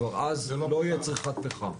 כבר אז לא יהיה צריכת פחם.